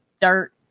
dirt